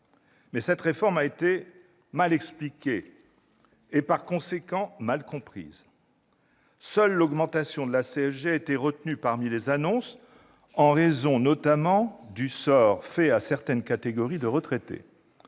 Mais cette réforme a été mal expliquée et, par conséquent, mal comprise. Seule l'augmentation de la CSG a été retenue parmi les annonces, en raison, notamment, du sort fait à certaines catégories de retraités,